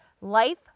Life